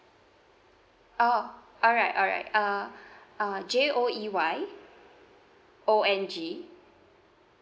oh alright alright uh uh J O E Y O N G